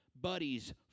buddies